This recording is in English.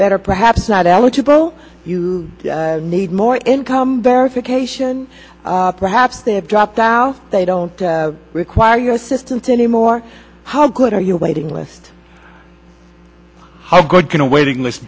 that or perhaps not eligible you need more income verification perhaps they have dropped out they don't require your assistance anymore how good are you waiting list how good can a waiting list